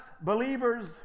believers